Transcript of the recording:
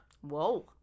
Whoa